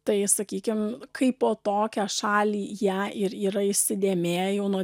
tai sakykim kai po tokią šalį ją ir yra įsidėmėję jau nuo